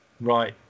right